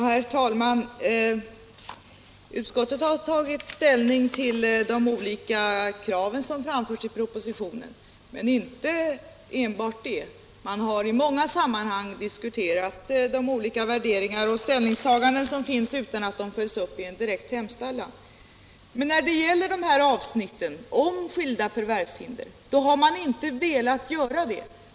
Herr talman! Utskottet har tagit ställning till de olika krav som framförts i propositionen, men inte enbart det — man har i många sammanhang diskuterat de olika värderingar och ställningstaganden som finns utan att de förs upp i en direkt hemställan. Men när det gäller avsnittet om skilda förvärvshinder har man inte velat göra det.